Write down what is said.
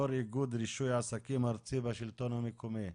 יושב ראש איגוד ארצי בשלטון המקומי.